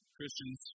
Christians